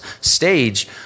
stage